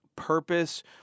purpose